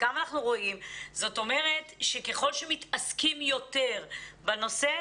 זאת אומרת שככל שמתעסקים יותר בנושא,